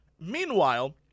Meanwhile